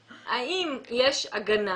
האם יש הגנה